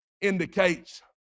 indicates